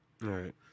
Right